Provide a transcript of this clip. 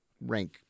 rank